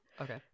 Okay